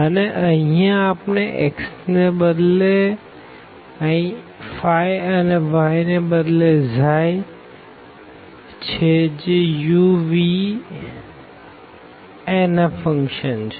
અને અહિયાં આપણે x ને બદલે અને y ને બદલે વાપર્યું છે જે u v ના ફંક્શન છે